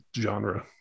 genre